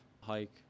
hike